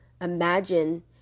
imagine